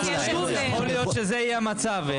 יכול להיות שזה יהיה המצב.